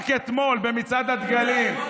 רק אתמול במצעד הדגלים,